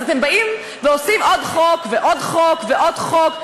אז אתם באים ועושים עוד חוק ועוד חוק ועוד חוק.